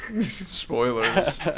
Spoilers